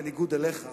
בניגוד אליך,